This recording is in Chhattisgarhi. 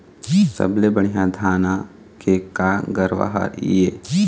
सबले बढ़िया धाना के का गरवा हर ये?